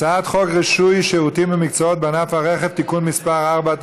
הצעת חוק רישוי שירותים ומקצועות בענף הרכב (תיקון מס' 4),